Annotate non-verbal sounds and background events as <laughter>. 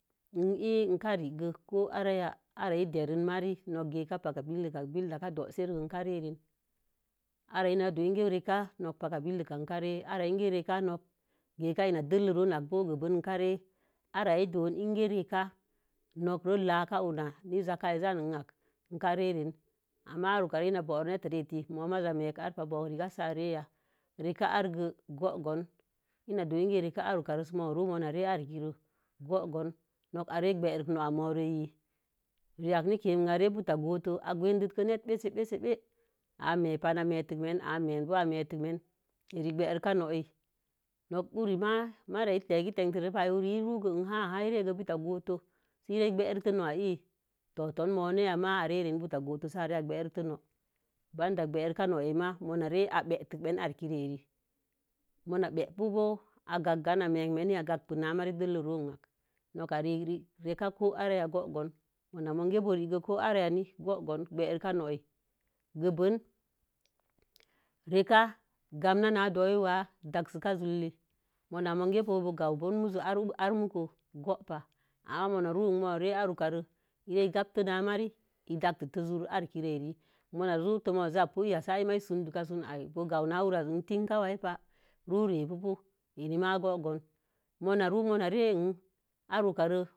Mii n kə rego ara i dəren mari no̱k geka paka billək. Bill n kə doserən, n kə reren aran idon nok geka paka billək. Ara reka no̱k geka, paka ina delləro. Gəben ikə reren ara idon nok ko laka unə ko zaka izan an ənak, ikə reren. Ama iran hu ka, ina boro neta reetə, mo̱o̱ maza amek arapa. Boo rega se i areya. Reka arka go̱o̱ gon ina kə do̱o̱ ko rega aruka, go̱o̱gon noka arə gbərək no'a mo̱o̱ireri. Reyak n ketun, are n buta gowuntor agendə netə bəse-bəse. Ameban ametə n a menan, i metə men. A eni bərəka no̱'i, nok wure ma, mari egəgi ten gək ren. Uren ma iru ai ere buta gooto'u. Sə i gbətə no'a iyen toto'u moma ya ireren buta gonte buta gonto sə i kə gbətə no'i. Bada gbərekə no'iren mai mare atək kə arək ra. Ma gbəpu'u, a gak-gan a mek menen n a gbəkin na maiz dəllə ro ank. noka rei ka ko a raya go̱o̱gon. ma mon kə bo̱o̱ regə ko araya gbəreka no'i. Gbəben reka gam na dowa'e daseka su'ui. Muna n bo̱o gawə gommu zo goɓa. Ama maru an mare arukare i re e gamte na mari, i datete sw'ui a raeki ere. ma ruto ma zabu'i ma iya saka ma i sundukakan. I boo gawo na hura ase an tinka pan pa. ru'u rebubu t ene ma gee gon, ma na ru ma re. <unintelligible>